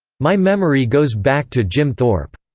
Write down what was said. my memory goes back to jim thorpe.